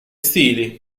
stili